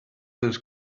those